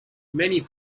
many